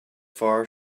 far